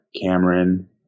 Cameron